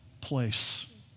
place